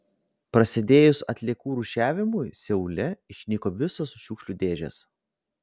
prasidėjus atliekų rūšiavimui seule išnyko visos šiukšlių dėžės